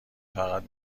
فقط